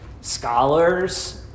scholars